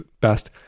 best